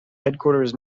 headquarters